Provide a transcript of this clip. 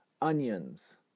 onions